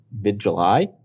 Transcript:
mid-July